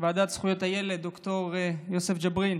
הועדה לזכויות הילד ד"ר יוסף ג'בארין